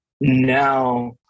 now